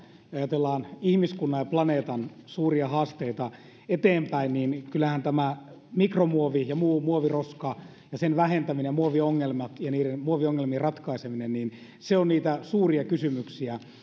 ajatellaan ihmiskunnan ja planeetan suuria haasteita eteenpäin niin kyllähän tämä mikromuovi ja muu muoviroska ja sen vähentäminen ja muoviongelmat ja niiden muoviongelmien ratkaiseminen ovat niitä suuria kysymyksiä